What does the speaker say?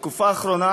בתקופה האחרונה